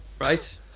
Right